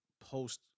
post